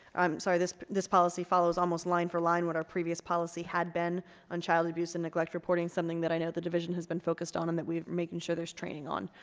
um sorry, this this policy follows almost line for line what our previous policy had been on child abuse and neglect reporting, something that i know the division has been focused on and that we're making sure there's training on,